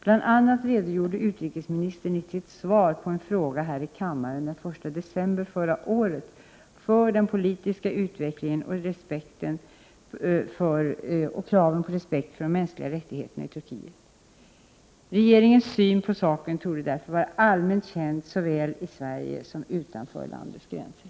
Bl.a. redogjorde utrikesministern i sitt svar på en fråga här i kammaren den 1 december förra året för den politiska utvecklingen och kraven på respekt för mänskliga rättigheter i Turkiet. Regeringens syn på saken torde därför vara allmänt känd såväl i Sverige som utanför landets gränser.